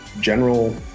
general